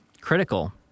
critical